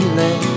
let